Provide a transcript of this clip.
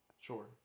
Sure